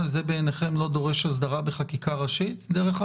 ממילא זה מוסדר בכל מיני